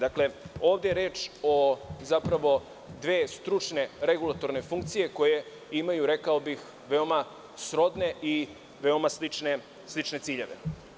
Dakle, ovde je reč o zapravo dve stručne regulatorne funkcije koje imaju veoma srodne i veoma slične ciljeve.